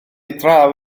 draw